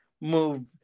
move